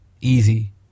easy